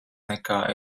nekā